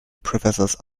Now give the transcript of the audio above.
professor’s